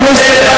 תני לה